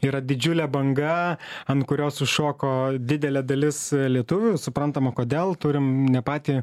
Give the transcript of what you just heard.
yra didžiulė banga ant kurios sušoko didelė dalis lietuvių suprantama kodėl turim ne patį